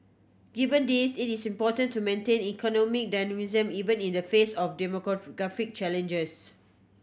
given this it is important to maintain economic dynamism even in the face of demographic challenges